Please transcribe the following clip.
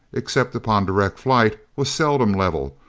except upon direct flight, was seldom level,